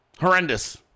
Horrendous